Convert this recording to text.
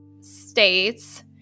states